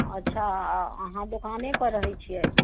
अच्छा अहाँ दोकाने पर रहैत छिऐ